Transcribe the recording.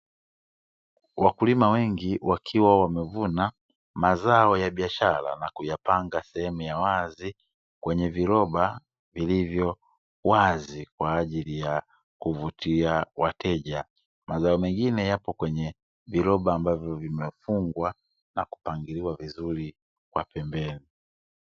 Wakulima wengi wakiwa wamevuna mazao ya biashara na kuyapanga sehemu ya wazi kwenye viroba vilivyowazi kwa ajili ya kuvutia wateja, mazao mengine yapo kwenye viroba ambavyo vimefungwa na kupangiliwa vizuri kwa pembeni.